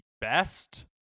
best